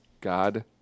God